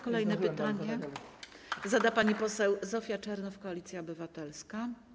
Kolejne pytanie zada pani poseł Zofia Czernow, Koalicja Obywatelska.